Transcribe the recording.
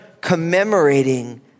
commemorating